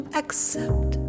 accept